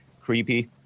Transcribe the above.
creepy